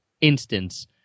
instance